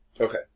Okay